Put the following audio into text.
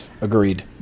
Agreed